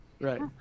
Right